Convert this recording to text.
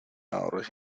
ahorros